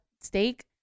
steak